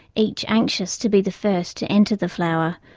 each anxious to be the first to enter the flower,